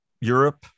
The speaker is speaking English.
Europe